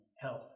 health